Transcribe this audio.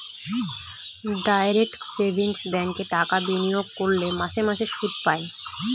direct savings ব্যাঙ্কে টাকা বিনিয়োগ করলে মাসে মাসে সুদ পায়